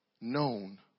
known